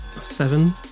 seven